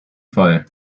fall